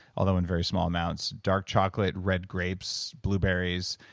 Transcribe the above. although in very small amounts, dark chocolate, red grapes, blueberries,